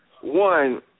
One